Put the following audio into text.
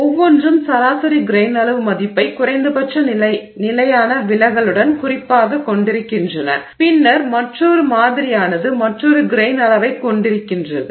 ஒவ்வொன்றும் சராசரி கிரெய்ன் அளவு மதிப்பை குறைந்தபட்ச நிலையான விலகலுடன் குறிப்பாகக் கொண்டிருக்கின்றன பின்னர் மற்றொரு மாதிரியானது மற்றொரு கிரெய்ன் அளவைக் கொண்டிருக்கிறது